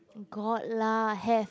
got lah have